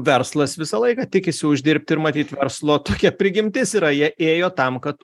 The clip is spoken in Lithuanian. verslas visą laiką tikisi uždirbti ir matyt verslo tokia prigimtis yra jie ėjo tam kad